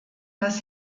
dass